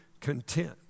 content